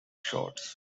shorts